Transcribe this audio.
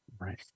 Right